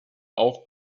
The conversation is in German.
auch